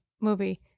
movie